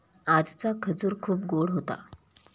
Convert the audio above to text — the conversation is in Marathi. आजचा खजूर खूप गोड होता